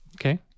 Okay